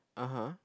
(uh huh)